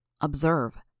Observe